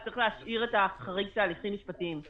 אז צריך להשאיר החריג של ההליכים המשפטיים,